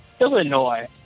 Illinois